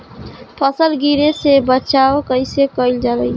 फसल गिरे से बचावा कैईसे कईल जाई?